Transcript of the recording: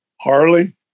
Harley